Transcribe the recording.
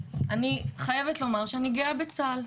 אני חייבת לומר שאני גאה בצה"ל,